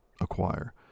acquire